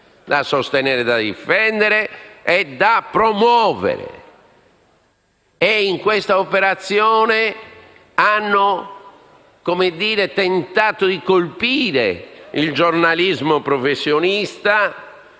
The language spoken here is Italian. da sostenere, da difendere e da promuovere. In questa operazione hanno tentato di colpire il giornalismo professionista